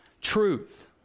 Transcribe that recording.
truth